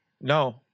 No